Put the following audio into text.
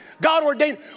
God-ordained